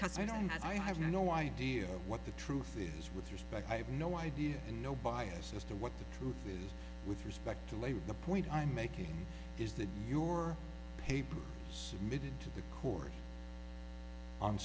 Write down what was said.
cuz i don't i have no idea what the truth is with respect i have no idea and no bias as to what the truth is with respect to labor the point i'm making is that your paper submitted to the court on